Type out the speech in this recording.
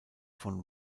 von